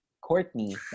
Courtney